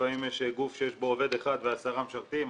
לפעמים יש גוף שיש בו עובד אחד ועשרה משרתים.